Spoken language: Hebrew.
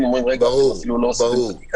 הם אומרים: אתם אפילו לא עושים חקיקה,